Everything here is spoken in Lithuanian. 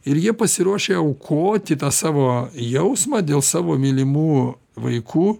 ir jie pasiruošę aukoti tą savo jausmą dėl savo mylimų vaikų